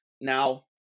now